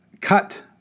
cut